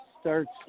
Starts